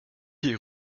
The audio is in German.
wie